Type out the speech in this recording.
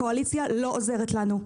הקואליציה לא עוזרת לנו.